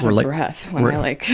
betterhelp like